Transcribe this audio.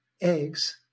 eggs